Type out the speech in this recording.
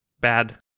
Bad